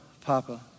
Papa